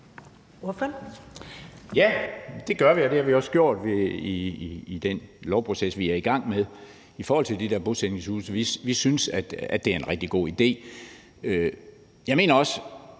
Ja, det gør vi, og det har vi også gjort i den lovproces, vi er i gang med i forhold til de der bosætningshuse. Vi synes, at det er en rigtig god idé. Jeg mener også